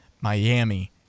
miami